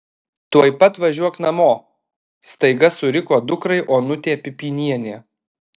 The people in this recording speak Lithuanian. tuoj pat važiuok namo staiga suriko dukrai onutė pipynienė